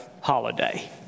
holiday